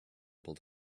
able